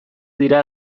dira